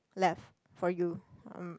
left for you um